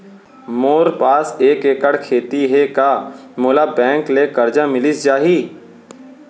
मोर पास एक एक्कड़ खेती हे का मोला बैंक ले करजा मिलिस जाही?